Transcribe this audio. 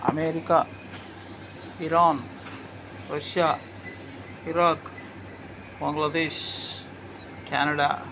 America Iran Russia Iraq Bangladesh Canada